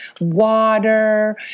water